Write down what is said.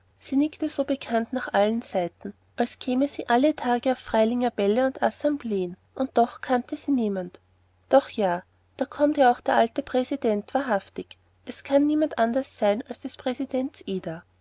sie nickte so bekannt nach allen seiten als käme sie alle tage auf freilinger bälle und assembleen und doch kannte sie niemand doch ja da kommt ja auch der alte präsident wahrhaftig es kann niemand anders sein als präsidents ida